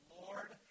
lord